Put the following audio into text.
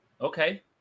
okay